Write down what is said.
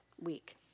week